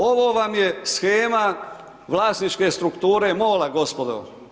Ovo vam je shema vlasničke struktura MOL-a gospodo.